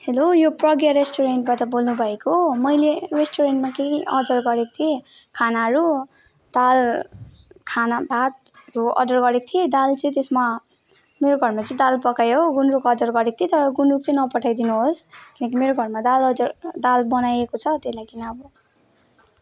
hello यो प्रज्ञा रेस्टुरेन्टबाट बोल्नुभएको मैले रेस्टुरेन्टमा के के अर्डर गरेको थिएँ खानाहरू दाल खाना भात अर्डर गरेको थिएँ दाल चाहिँ त्यसमा मेरो घरमा चाहिँ दाल पकाएँ हो गुन्द्रुकको अचार गरेको थिएँ तर गुन्द्रुक चाहिँ नपठाई दिनुहोस् किनकि मेरो घरमा दाल अझ दाल बनाइएको छ त्यही लागि